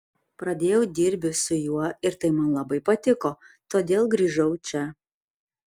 pradėjau dirbi su juo ir tai man labai patiko todėl grįžau čia